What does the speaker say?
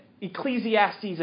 Ecclesiastes